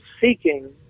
seeking